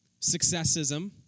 Successism